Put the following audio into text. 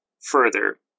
further